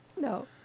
No